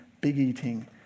big-eating